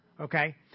okay